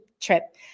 trip